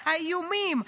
האיומים,